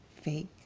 fake